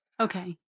Okay